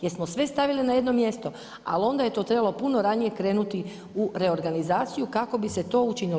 Jer smo sve stavili na jedno mjesto, al onda je to trebalo puno ranije krenuti u reorganizaciju, kako bi se to učinilo.